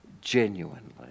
genuinely